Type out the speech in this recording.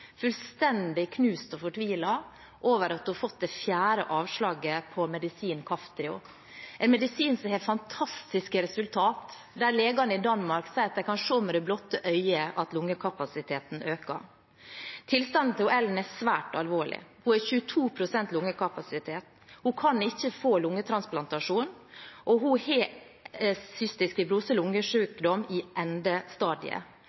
fullstendig knust og fortvilet over at hun har fått det fjerde avslaget på medisinen Kaftrio – en medisin som har fantastiske resultater, der legene i Danmark sier de kan se med det blotte øye at lungekapasiteten øker. Tilstanden til Ellen er svært alvorlig. Hun har 22 pst. lungekapasitet. Hun kan ikke få lungetransplantasjon, og hun har lungesykdommen cystisk fibrose i